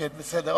בסדר.